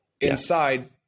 Inside